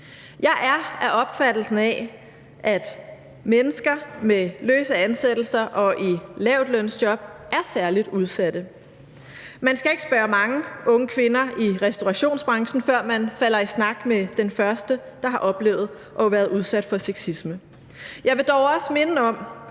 Jeg er af den opfattelse, at mennesker med løse ansættelser og i lavtlønsjob er særligt udsatte. Man skal ikke spørge mange unge kvinder i restaurationsbranchen, før man falder i snak med den første, der har oplevet at have været udsat for sexisme. Jeg vil dog også minde om,